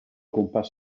gwmpas